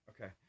Okay